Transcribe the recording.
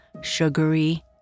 sugary